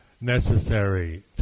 necessary